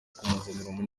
kumuzanira